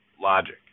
logic